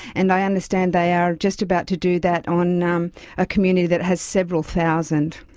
and i understand they are just about to do that on um a community that has several thousand.